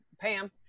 Pam